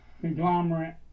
conglomerate